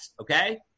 okay